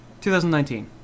2019